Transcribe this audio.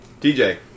DJ